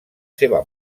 seva